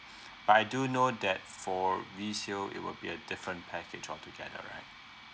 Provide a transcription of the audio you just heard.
but I do know that for resale it will be a different package all together right